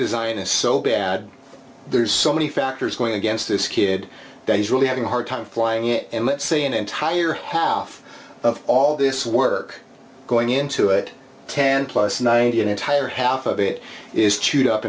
design is so bad there's so many factors going against this kid that he's really having a hard time flying it and let's see an entire half of all this work going into it ten plus ninety an entire half of it is chewed up